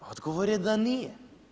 Odgovor je da nije.